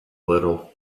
little